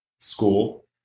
school